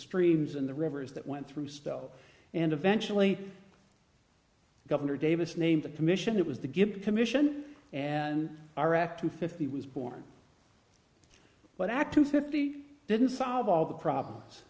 streams and the rivers that went through stuff and eventually governor davis named the commission that was to get the commission and our act to fifty was born but act two fifty didn't solve all the problems